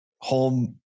home